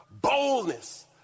boldness